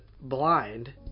blind